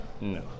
No